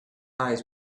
eyes